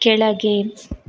ಕೆಳಗೆ